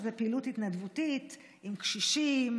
שזה פעילות התנדבותית עם קשישים,